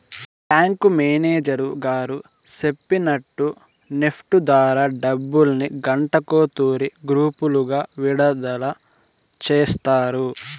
bank manager గారు సెప్పినట్టు NEFT ద్వారా డబ్బుల్ని గంటకో తూరి గ్రూపులుగా విడదల సేస్తారు